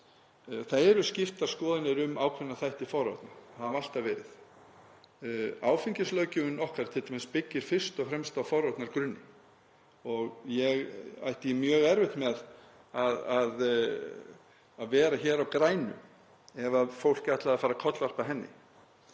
Það eru skiptar skoðanir um ákveðna þætti í forvörnum og hafa alltaf verið. Áfengislöggjöfin okkar byggist t.d. fyrst og fremst á forvarnagrunni og ég ætti mjög erfitt með að vera hér á grænu ef fólk ætlaði að fara að kollvarpa henni.